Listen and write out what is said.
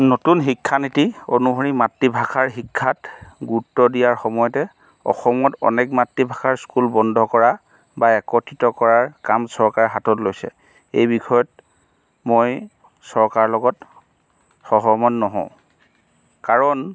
নতুন শিক্ষানীতি অনুসৰি মাতৃভাষাৰ শিক্ষাত গুৰুত্ব দিয়াৰ সময়তে অসমত অনেক মাতৃভাষাৰ স্কুল বন্ধ কৰা বা একত্ৰিত কৰাৰ কাম চৰকাৰে হাতত লৈছে এই বিষয়ত মই চৰকাৰৰ লগত সহমত নহওঁ কাৰণ